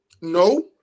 no